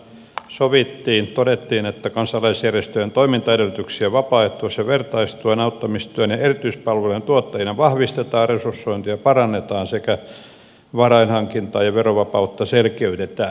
hallitusneuvotteluissahan sovittiin todettiin että kansalaisjärjestöjen toimintaedellytyksiä vapaaehtois ja vertaistuen auttamistyön ja erityispalveluiden tuottajina vahvistetaan resursointia parannetaan sekä varainhankintaa ja verovapautta selkeytetään